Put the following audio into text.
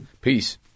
Peace